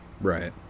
Right